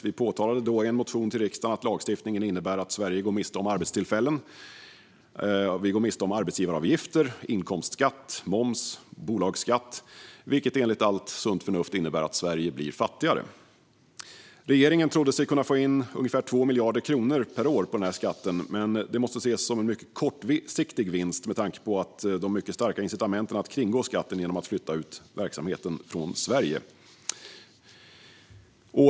Vi påtalade då i en motion till riksdagen att lagstiftningen innebär att Sverige går miste om arbetstillfällen, arbetsgivaravgifter, inkomstskatt, moms och bolagsskatt. Det innebär enligt allt sunt förnuft att Sverige blir fattigare. Regeringen trodde sig kunna få in ungefär 2 miljarder kronor per år på denna skatt, men det måste ses som en mycket kortsiktig vinst med tanke på de mycket starka incitamenten att kringgå skatten genom att flytta ut verksamheten från Sverige.